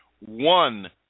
one